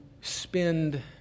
spend